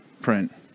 print